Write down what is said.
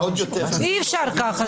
אי-אפשר ככה.